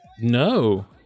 No